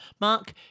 Mark